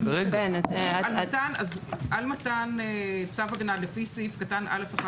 "על מתן צו הגנה לפי סעיף קטן (א)(1)